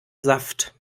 saft